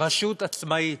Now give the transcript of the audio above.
רשות עצמאית,